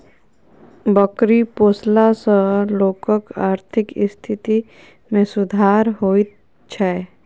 बकरी पोसला सॅ लोकक आर्थिक स्थिति मे सुधार होइत छै